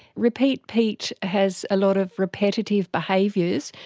repeat pete has a lot of repetitive behaviours.